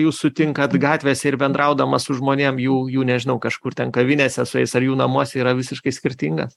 jūs sutinkat gatvėse ir bendraudama su žmonėm jų jų nežinau kažkur ten kavinėse su jais ar jų namuose yra visiškai skirtingas